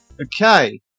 Okay